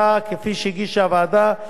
בצירוף לוח התיקונים,